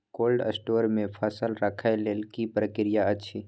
Cold store मे फसल रखय लेल की प्रक्रिया अछि?